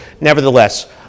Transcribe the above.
Nevertheless